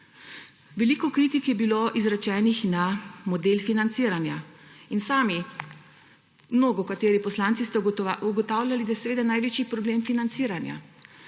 Veliko kritik je bilo izrečenih na model financiranja in mnogokateri poslanci ste sami ugotavljali, da je seveda največji problem financiranje.